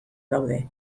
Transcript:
daude